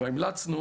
והמלצנו